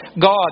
God